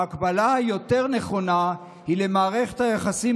ההקבלה היותר-נכונה היא למערכת היחסים